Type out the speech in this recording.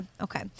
Okay